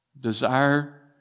desire